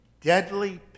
deadly